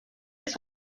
his